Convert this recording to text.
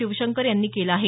शिवशंकर यांनी केलं आहे